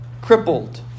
crippled